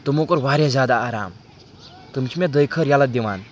تِمو کوٚر واریاہ زیادٕ آرام تِم چھِ مےٚ دٔٲے خٲر یَلہٕ دِوان